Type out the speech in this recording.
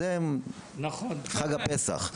זה חג הפסח.